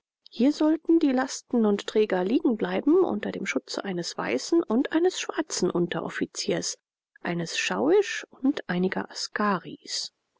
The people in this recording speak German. hier sollten die lasten und träger liegen bleiben unter dem schutze eines weißen und eines schwarzen unteroffiziers eines schauisch und einiger